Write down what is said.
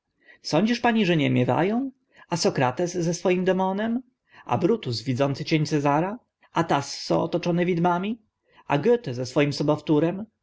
sądzisz pani że nie miewa ą a sokrates ze swoim demonem a brutus widzący cień cezara a tasso otoczony widmami a goethe ze swoim sobowtórem